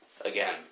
again